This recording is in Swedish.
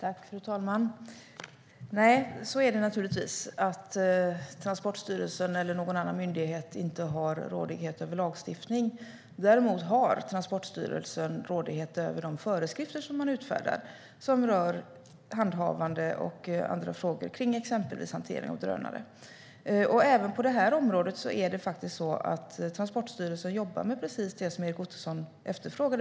Fru talman! Nej, så är det naturligtvis. Transportstyrelsen eller någon annan myndighet har inte rådighet över lagstiftning. Däremot har Transportstyrelsen rådighet över de föreskrifter som man utfärdar som rör handhavande och andra frågor kring exempelvis hantering av drönare. Även på det här området är det faktiskt så att Transportstyrelsen jobbar med precis det som Erik Ottoson efterfrågar.